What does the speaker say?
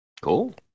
Cool